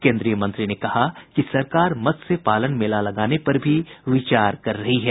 केन्द्रीय मंत्री ने कहा कि सरकार मत्स्य पालन मेला लगाने पर भी विचार कर रही है